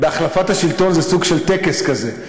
בהחלפת השלטון זה סוג של טקס כזה,